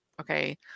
okay